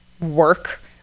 work